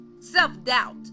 self-doubt